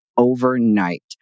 overnight